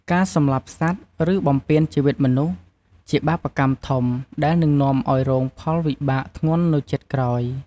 ការសម្លាប់សត្វ ឬបំពានជីវិតមនុស្ស ជាបាបកម្មធំ ដែលនឹងនាំឲ្យរងផលវិបាកធ្ងន់នៅជាតិក្រោយ ។